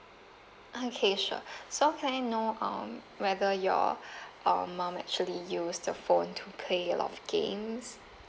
okay sure so can I know um whether your um mum actually use the phone to play a lot of games